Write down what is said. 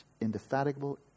indefatigable